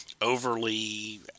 overly